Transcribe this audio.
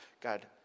God